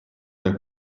del